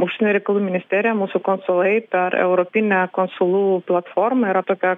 užsienio reikalų ministerija mūsų konsulai per europinę kosulų platformą yra tokia